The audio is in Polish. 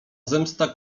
zemsta